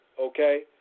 okay